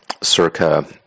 circa